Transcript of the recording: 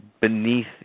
beneath